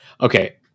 Okay